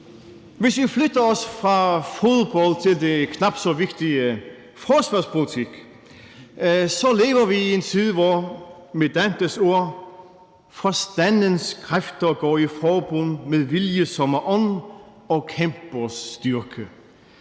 Hvis vi flytter os fra fodbold til den knap så vigtige forsvarspolitik, lever vi i en tid, hvor, med Dantes ord, »Forstandens kræfter går i forbund med vilje, som er ond, og kæmpers styrke«.